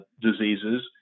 diseases